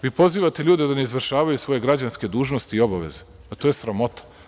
Vi pozivate ljude da ne izvršavaju svoje građanske dužnosti i obaveze, to je sramota.